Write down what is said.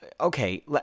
okay